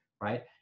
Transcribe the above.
right